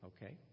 Okay